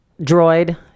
droid